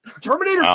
Terminator